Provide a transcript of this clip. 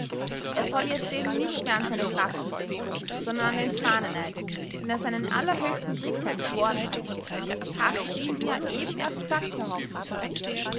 er soll jetzt eben nicht mehr an seine fratz'n denken sondern an den fahneneid den er seinem allerhöchsten kriegsherrn g'schworn hat hast es ihnen ja eben erst g'sagt herr hauptmann